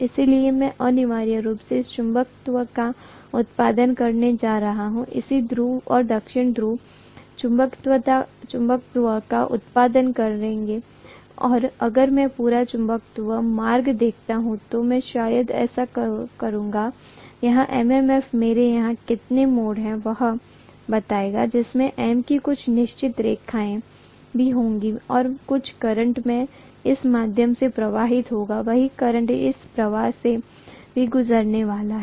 इसलिए मैं अनिवार्य रूप से इस चुंबकत्व का उत्पादन करने जा रहा हूं उत्तरी ध्रुव और दक्षिणी ध्रुव चुंबकत्व का उत्पादन करेंगे और अगर मैं पूरा चुंबकीय मार्ग देखता हूं तो मैं शायद ऐसा करूंगा यह MMF मेरे यहां कितने मोड़ हैं वह बताएगा इसमें M की कुछ निश्चित संख्याएँ भी होंगी और कुछ करंट मैं इस माध्यम से प्रवाहित होगा वही करंट इस प्रवाह से भी गुजरने वाला है